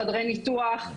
חדרי ניתוח,